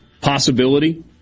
possibility